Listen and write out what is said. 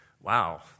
Wow